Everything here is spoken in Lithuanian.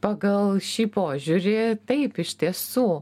pagal šį požiūrį taip iš tiesų